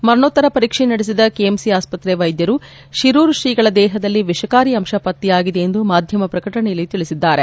ಮರಣೋತ್ತರ ಪರೀಕ್ಷೆ ನಡೆಸಿದ ಕೆಎಂಸಿ ಆಸ್ತ್ರೆ ವೈದ್ಯರು ಶಿರೂರು ಶ್ರೀಗಳ ದೇಹದಲ್ಲಿ ವಿಷಕಾರಿ ಅಂಶ ಪತ್ತೆಯಾಗಿದೆ ಎಂದು ಮಾಧ್ಯಮ ಪ್ರಕಟಣೆಯಲ್ಲಿ ತಿಳಿಸಿದ್ದಾರೆ